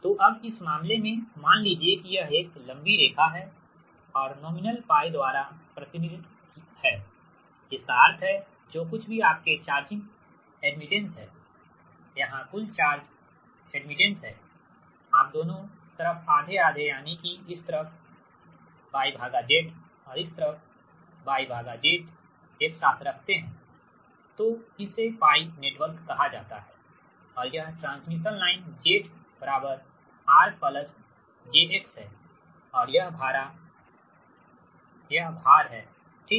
तो अब इस मामले में मान लीजिए कि यह एक लंबी लाइन है और नॉमिनल π द्वारा प्रतिनिधित्व है जिसका अर्थ है जो कुछ भी आपके चार्जिंग एडमिटेंस हैं यहां कुल चार्ज एडमिटेंस हैं आप दोनों तरफ आधे आधे यानी कि इस तरफ y z और इस तरफy zएक साथ लम्पड हैं तो इसे π नेटवर्क कहा जाता है और यह transmission line Z R j X है और यह भार है ठीक